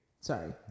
Sorry